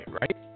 right